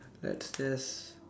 let's just